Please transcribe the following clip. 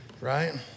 right